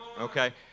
Okay